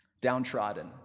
downtrodden